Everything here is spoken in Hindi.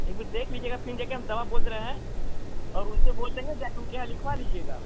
एक बार देख लीजियेगा फिर देखिये हम दवा बोल दे रहे हैं और उनसे बोलते हैं लिखवा लीजियेगा